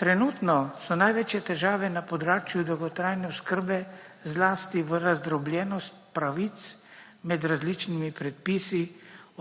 Trenutno so največje težave na področju dolgotrajne oskrbe zlasti v razdrobljenost pravic med različnimi predpisi,